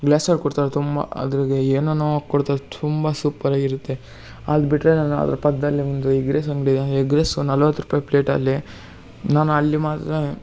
ಗ್ಲಾಸಲ್ಲಿ ಕೊಡ್ತಾರೆ ತುಂಬ ಅದ್ರಾಗೆ ಏನೇನೋ ಕೊಡ್ತಾರೆ ತುಂಬ ಸೂಪರ್ ಆಗಿರುತ್ತೆ ಅದು ಬಿಟ್ಟರೆ ನಾನು ಅದ್ರ ಪಕ್ಕದಲ್ಲಿ ಒಂದು ಎಗ್ ರೈಸ್ ಅಂಗಡಿ ಇದೆ ಆ ಎಗ್ ರೈಸು ನಲ್ವತ್ತು ರೂಪಾಯಿ ಪ್ಲೇಟಲ್ಲಿ ನಾನು ಅಲ್ಲಿ ಮಾತ್ರ